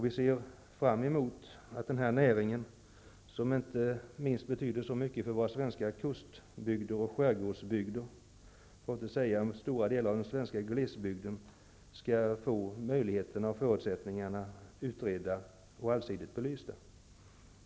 Vi ser fram emot att den här näringen, som betyder så mycket, inte minst för våra svenska kustbygder och skärgårdsbygder, för att inte säga stora delar av den svenska glesbygden, skall få möjligheterna och förutsättningarna utredda och allsidigt belysta.